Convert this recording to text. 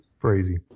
crazy